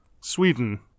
Sweden